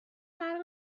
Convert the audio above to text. فرق